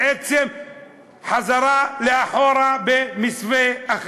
בעצם חזרה לאחור במסווה.